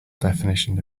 definition